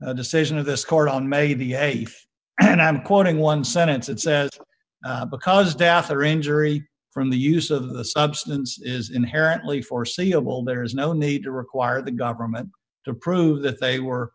the decision of this court on may the th and i'm quoting one sentence that says because death or injury from the use of the substance is inherently foreseeable there is no need to require the government to prove that they were